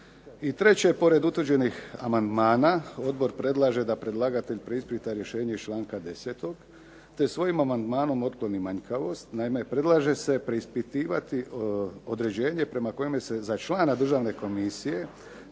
treće, pored utvrđenih amandmana Odbor predlaže da predlagatelj preispita rješenje iz članka 10. te svojim amandmanom otkloni manjkavost. Naime, predlaže se preispitivati određenje prema kojemu se za člana državne komisije